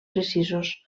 precisos